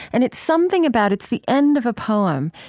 and it's something about it's the end of a poem.